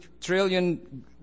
trillion